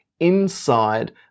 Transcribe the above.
inside